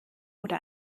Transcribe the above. oder